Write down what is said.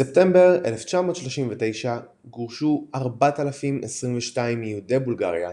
בספטמבר 1939 גורשו 4,022 מיהודי בולגריה,